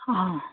অঁ